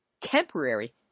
Temporary